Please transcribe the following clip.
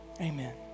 Amen